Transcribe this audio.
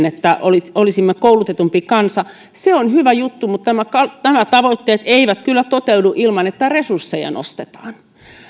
että olisimme koulutetumpi kansa on nostettu se on hyvä juttu mutta nämä nämä tavoitteet eivät kyllä toteudu ilman että resursseja nostetaan